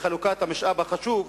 בחלוקת המשאב החשוב,